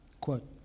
Quote